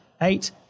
Eight